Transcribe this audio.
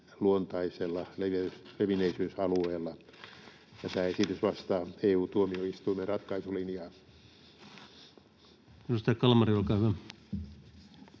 luontaisella levinneisyysalueella. Tämä esitys vastaa EU-tuomioistuimen ratkaisulinjaa. Edustaja